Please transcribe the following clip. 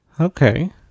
Okay